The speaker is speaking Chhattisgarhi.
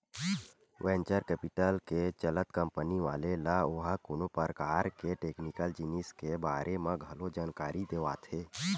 वेंचर कैपिटल के चलत कंपनी वाले ल ओहा कोनो परकार के टेक्निकल जिनिस के बारे म घलो जानकारी देवाथे